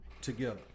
together